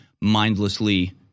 mindlessly